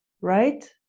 right